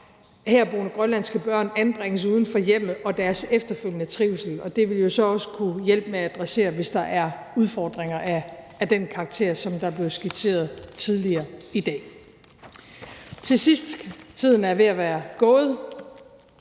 herboende grønlandske børn anbringes uden for hjemmet, og deres efterfølgende trivsel, og det vil jo så også kunne hjælpe med at adressere, hvis der er udfordringer af den karakter, som der blev skitseret tidligere i dag. Til sidst – tiden er ved at være gået: